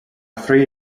three